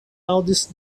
aŭdis